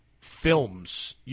films